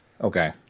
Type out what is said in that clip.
Okay